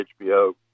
HBO